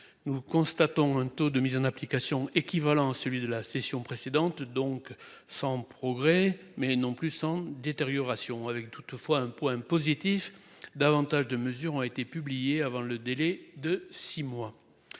Nous constatons un taux de mise en application équivalent à celui de la session précédente donc sans progrès mais non plus sans détérioration avec toutefois un point positif. Davantage de mesures ont été publiés avant le délai de 6 mois.